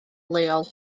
leol